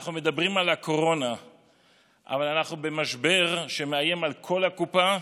אנחנו מדברים על הקורונה אבל אנחנו במשבר שמאיים על כל הקופה,